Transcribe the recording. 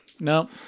No